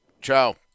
Ciao